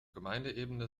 gemeindeebene